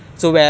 oh